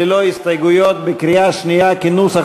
כנוסח